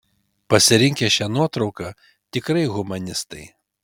pasirinkę šią nuotrauką tikrai humanistai